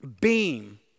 beam